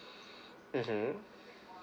mmhmm